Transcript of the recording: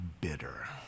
bitter